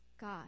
God